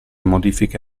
modifiche